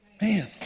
Man